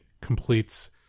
completes